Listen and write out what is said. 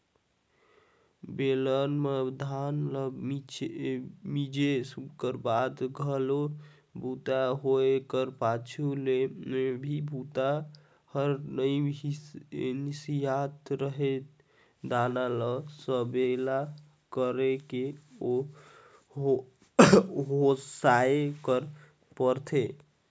बेलन म धान ल मिंजे कर बाद घलोक बूता होए कर पाछू में भी बूता हर नइ सिरात रहें दाना ल सकेला करके ओसाय बर परय